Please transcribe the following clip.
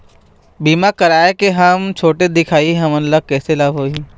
बीमा कराए के हम छोटे दिखाही हमन ला कैसे लाभ होही?